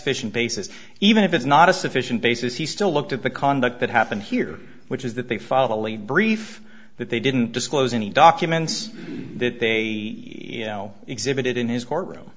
sufficient basis even if it's not a sufficient basis he still looked at the conduct that happened here which is that they follow the lead brief that they didn't disclose any documents that they exhibited in his courtroom